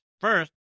First